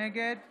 נגד